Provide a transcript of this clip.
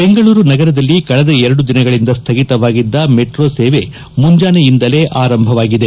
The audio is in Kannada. ಬೆಂಗಳೂರು ನಗರದಲ್ಲಿ ಕಳೆದ ಎರಡು ದಿನಗಳಿಂದ ಸ್ಟಗಿತವಾಗಿದ್ದ ಮೆಟ್ರೋ ಸೇವೆ ಮುಂಜಾನೆಯಿಂದಲೇ ಆರಂಭವಾಗಿದೆ